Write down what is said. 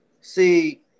see